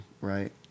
right